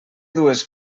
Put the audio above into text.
dues